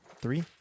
Three